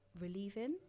relieving